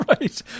Right